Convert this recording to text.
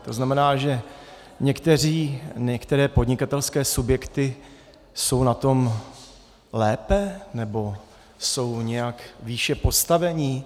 To znamená, že některé podnikatelské subjekty jsou na to lépe, nebo jsou nějak výše postaveni?